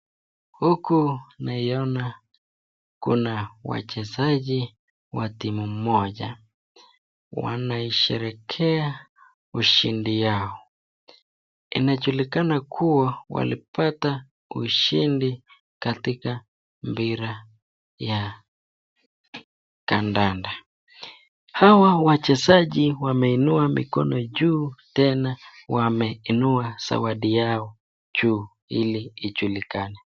Huku naiona kuna wachezaji wa timu moja, wanaisherekea ushindi yao. Inajulikana kuwa walipata ushindi katika mpira ya kandanda. Hawa wachezaji wameinua mikono juu tena, wameinua zawadi yao juu ili ijulikane.